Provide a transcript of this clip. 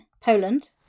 Poland